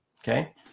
okay